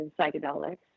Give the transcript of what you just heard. psychedelics